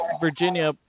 Virginia